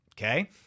okay